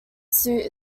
suit